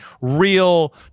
real